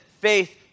faith